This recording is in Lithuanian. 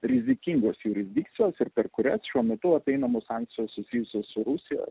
rizikingos jurisdikcijos ir per kurias šiuo metu apeinamos sankcijos susijusios su rusija